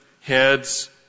heads